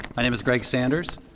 my name is greg sanders.